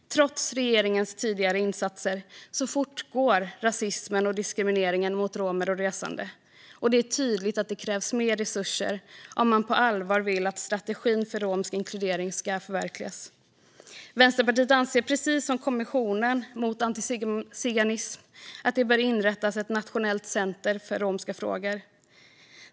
Trots regeringens tidigare insatser fortgår rasismen och diskrimineringen mot romer och resande. Det är tydligt att det krävs mer resurser om man på allvar vill att strategin för romsk inkludering ska förverkligas. Vänsterpartiet anser, precis som Kommissionen mot antiziganism, att det bör inrättas ett nationellt center för romska frågor.